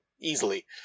easily